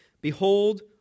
Behold